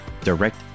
direct